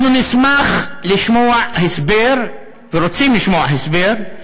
אנחנו נשמח לשמוע הסבר, ורוצים לשמוע הסבר,